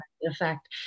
effect